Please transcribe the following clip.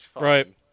right